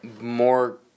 more